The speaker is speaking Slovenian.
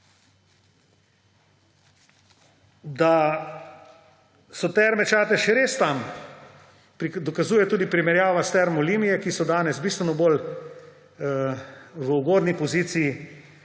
Da so Terme Čatež res tam, dokazuje tudi primerjava s Termami Olimia, ki so danes v bistveno bolj ugodni poziciji,